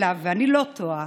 אלא, ואני לא טועה,